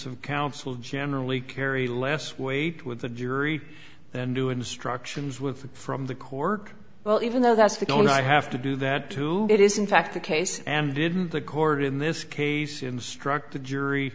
of counsel generally carry less weight with the jury and new instructions with from the cork well even though that's the one i have to do that too it is in fact the case and didn't the court in this case instruct the jury